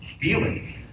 feeling